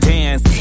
dance